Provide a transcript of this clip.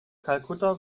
kalkutta